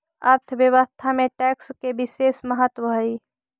अर्थव्यवस्था में टैक्स के बिसेस महत्व हई